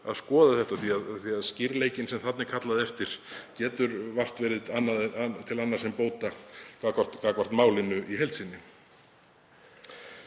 að skoða þetta því að skýrleikinn sem þarna er kallað eftir getur vart verið til annars en bóta gagnvart málinu í heild sinni.